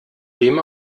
dem